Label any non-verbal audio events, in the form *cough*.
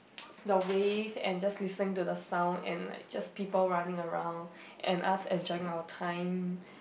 *noise* the wave and just listening to the sound and like just people running around and us enjoying our time